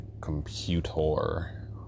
computer